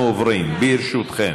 ברשותכם,